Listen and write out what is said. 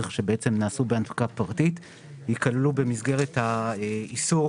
שבעצם נעשו בהנפקה פרטית יכללו במסגרת האיסור